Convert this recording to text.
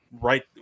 right